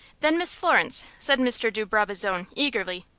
then, miss florence, said mr. de brabazon, eagerly,